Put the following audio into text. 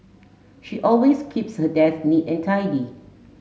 she always keeps her desk neat and tidy